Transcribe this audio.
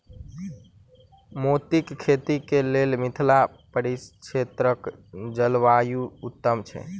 मोतीक खेती केँ लेल मिथिला परिक्षेत्रक जलवायु उत्तम छै?